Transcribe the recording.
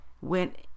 went